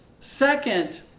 second